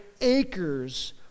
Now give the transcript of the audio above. acres